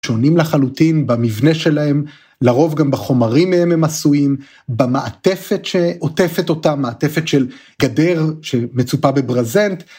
שונים לחלוטין במבנה שלהם, לרוב גם בחומרים מהם הם עשויים, במעטפת שעוטפת אותם, מעטפת של גדר שמצופה בברזנט.